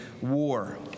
war